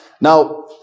Now